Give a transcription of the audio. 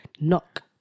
knock